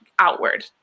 outward